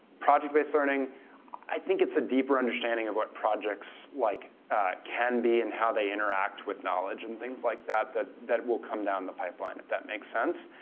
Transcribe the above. project-based learning i think it's a deeper understanding of what projects like can be and how they interact with knowledge and things like that that will come down the pipeline, if that make sense.